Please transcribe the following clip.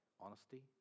honesty